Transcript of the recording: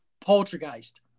Poltergeist